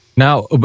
Now